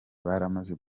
baramaze